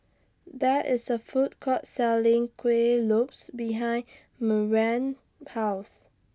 There IS A Food Court Selling Kuih Lopes behind Marian's House